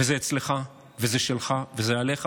וזה אצלך, וזה שלך, וזה עליך.